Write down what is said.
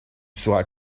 sera